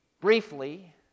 briefly